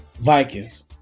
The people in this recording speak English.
Vikings